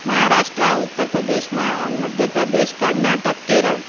महाराष्ट्र उत्तर प्रदेश मा मध्य प्रदेश कर्नाटक केरळ